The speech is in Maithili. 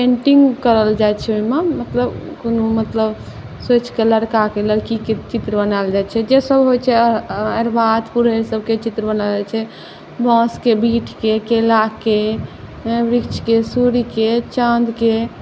पेंटिंग कयल जाइत छै ओहिमे कोनो मतलब सोचिके लड़काके लड़कीके चित्र बनायल जाइत छै जेसभ होइत छै अहिबात पुरहरिसभके चित्र बनायल जाइत छै बाँसके बीटके केलाके वृक्षके सूर्यके चाँदके